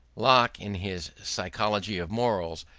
locke, in his psychology of morals,